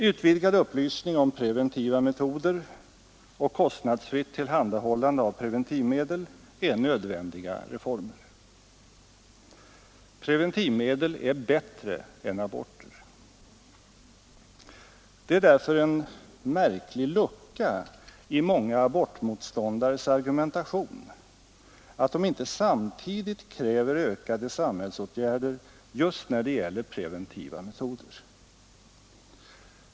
Utvidgad upplysning om preventiva metoder och kostnadsfritt tillhandahållande av preventivmedel är nödvändiga reformer. Preventivmedel är bättre än aborter. Det är därför en märklig lucka i många abortmotståndares argumentation, att de icke samtidigt kräver ökade samhällsåtgärder just när det gäller preventiva metoder.